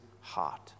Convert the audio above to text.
heart